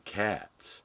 cats